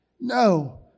No